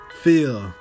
feel